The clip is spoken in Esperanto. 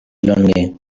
longe